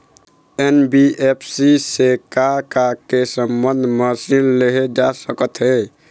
NBFC से का का के संबंध म ऋण लेहे जा सकत हे?